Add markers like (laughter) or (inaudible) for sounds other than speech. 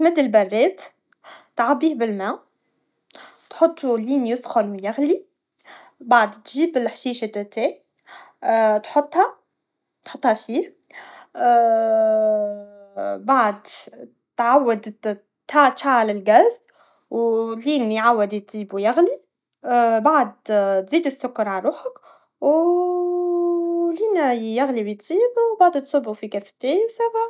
تمد لباليت تعبيه بالما تحطو لين يسخن و يغلي مبعد تجيب لحشيش دو تاي تحطها تحطها فيه (hesitation) مبعد تعاود تشعل لغاز ولين يعاود يطيب و يغلي مبعد تزيد السكر على روحك (hesitation) و لين يغلي و يطيب و من بعد تصبو في كاس تاي و سافا